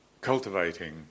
cultivating